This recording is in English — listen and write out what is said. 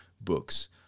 books